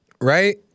right